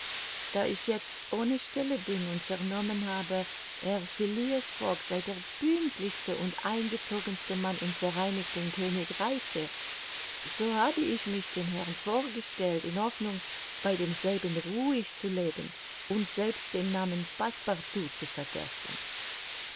da ich jetzt ohne stelle bin und vernommen habe herr phileas fogg sei der pünktlichste und eingezogenste mann im vereinigten königreiche so habe ich mich dem herrn vorgestellt in hoffnung bei demselben ruhig zu leben und selbst den namen passepartout zu vergessen